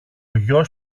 γιος